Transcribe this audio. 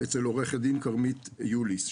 אצל עורכת הדין כרמית יוליס,